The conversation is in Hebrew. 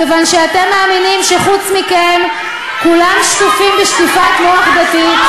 מכיוון שאתם מאמינים שחוץ מכם כולם שטופים שטיפת מוח דתית,